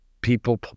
people